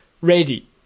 ready